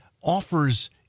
offers